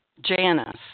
Janice